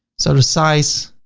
so to size